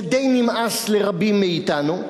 זה די נמאס לרבים מאתנו,